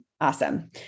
Awesome